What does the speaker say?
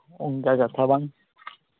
ᱦᱩᱸ ᱚᱱᱠᱟ ᱠᱟᱛᱷᱟ ᱵᱟᱝ